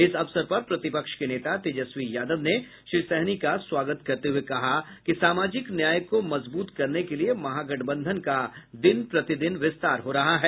इस अवसर पर प्रतिपक्ष के नेता तेजस्वी यादव ने श्री सहनी का स्वागत करते हुए कहा कि सामाजिक न्याय को मजबूत करने के लिए महागठबंधन का दिन प्रतिदिन विस्तार हो रहा है